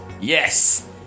yes